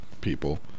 people